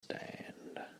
stand